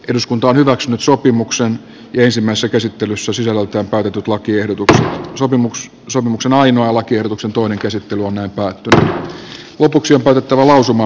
eduskunta hyväksyi sopimuksen yleisimmässä käsittelyssä sillä lautta otetut lakien tukea sopimuks sormuksen ainoa lakiehdotuksen toinen lopuksi on päätettävä lausumaehdotuksista